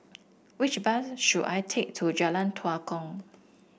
which bus should I take to Jalan Tua Kong